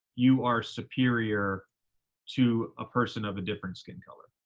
you are superior to a person of a different skin color.